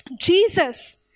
Jesus